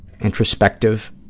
introspective